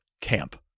camp